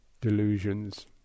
delusions